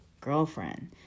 girlfriend